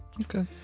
Okay